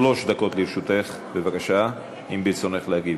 שלוש דקות לרשותך, בבקשה, אם ברצונך להגיב.